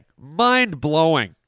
mind-blowing